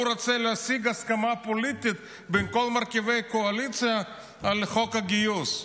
הוא רוצה להשיג הסכמה פוליטית בין כל מרכיבי הקואליציה על חוק הגיוס.